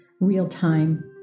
real-time